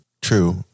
true